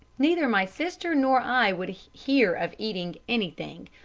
neither my sister nor i would hear of eating anything.